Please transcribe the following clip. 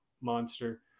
monster